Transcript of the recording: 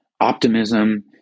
optimism